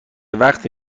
وقتی